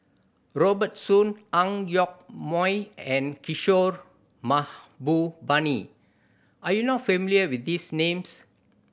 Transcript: Robert Soon Ang Yoke Mooi and Kishore Mahbubani are you not familiar with these names